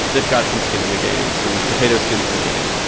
they've got some skin in the game some potato skins in the game,